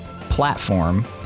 platform